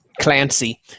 Clancy